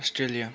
Australia